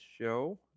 show